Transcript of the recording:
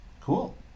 Cool